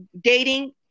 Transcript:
dating